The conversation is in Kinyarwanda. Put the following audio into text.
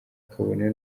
kabone